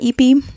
EP